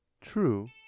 true